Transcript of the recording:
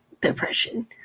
Depression